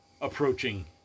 approaching